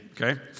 okay